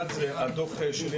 אחד זה הדו"ח שלי,